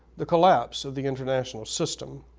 the collapse of the international system,